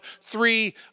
three